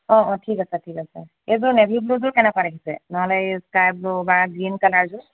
অঁ অঁ ঠিক আছে ঠিক আছে এইযোৰ নেভি ব্লুযোৰ কেনেকুৱা দেখিছে নহ'লে এই স্কাই ব্লু বা গ্ৰীণ কালাৰযোৰ